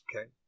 Okay